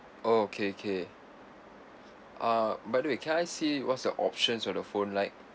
oh okay okay uh by the way can I see what's your options of the phone like